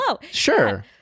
Sure